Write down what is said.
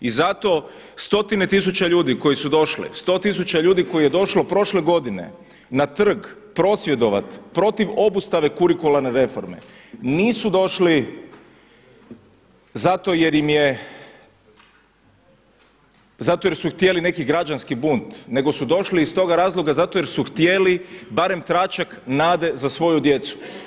I zato stotine tisuća ljudi koje su došle, sto tisuća ljudi koje je došlo prošle godine na trg prosvjedovati protiv obustave kurikularne reforme nisu došli zato jer su htjeli neki građanski bunt nego su došli iz tog razloga zato jer su htjeli barem tračak nade za svoju djecu.